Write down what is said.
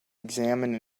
examine